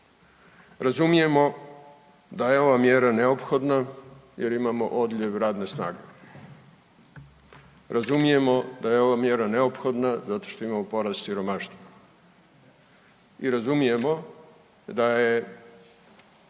Razumijemo da je ova mjera neophodna jer imamo odljev radne snage, razumijemo da je ova mjera neophodna zato što imamo porast siromaštva i razumijemo da je